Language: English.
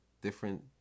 different